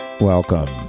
Welcome